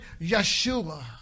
Yeshua